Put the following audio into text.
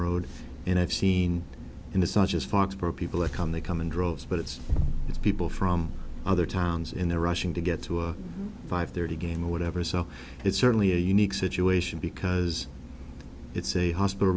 road and i've seen and it's not just fox for people that come they come in droves but it's people from other towns and they're rushing to get to a five thirty game or whatever so it's certainly a unique situation because it's a hospital